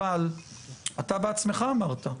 אבל אתה בעצמך אמרת,